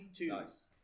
Nice